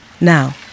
Now